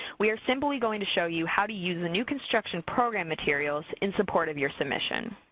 we are simply going to show you how to use the new construction program materials in support of your submission.